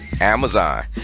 Amazon